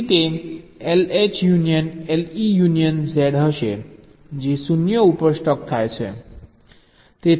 તેથી તે LH union LE union Z હશે જે 0 ઉપર સ્ટક થાય છે